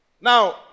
Now